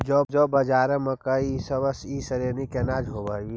जौ, बाजरा, मकई इसब ई श्रेणी के अनाज होब हई